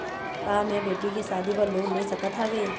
का मैं बेटी के शादी बर लोन ले सकत हावे?